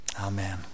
Amen